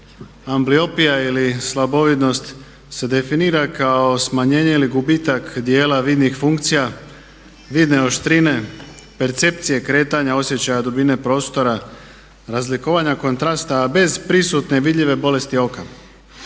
Ambliopija ili slabovidnost se definira kao smanjenje ili gubitak dijela vidnih funkcija, vidne oštrine, percepcije kretanja, osjećaja dubine prostora, razlikovanja kontrasta bez prisutne vidljive bolesti oka.